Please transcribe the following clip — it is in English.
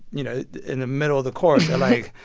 you know, in the middle of the chorus, they're like,